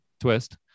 twist